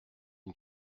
une